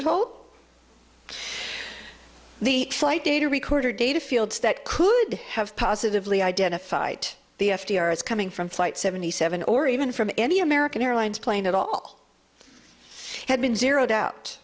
hole the flight data recorder data fields that could have positively identified the f d r as coming from flight seventy seven or even from any american airlines plane at all had been zeroed out